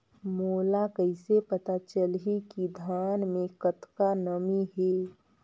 मोला कइसे पता चलही की धान मे कतका नमी हे?